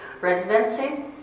residency